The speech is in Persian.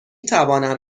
توانم